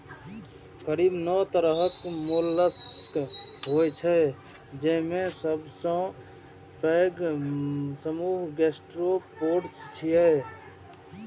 करीब नौ तरहक मोलस्क होइ छै, जेमे सबसं पैघ समूह गैस्ट्रोपोड्स छियै